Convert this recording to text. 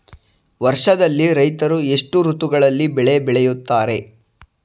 ವರ್ಷದಲ್ಲಿ ರೈತರು ಎಷ್ಟು ಋತುಗಳಲ್ಲಿ ಬೆಳೆ ಬೆಳೆಯುತ್ತಾರೆ?